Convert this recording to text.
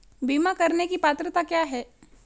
बीमा करने की पात्रता क्या है?